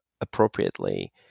appropriately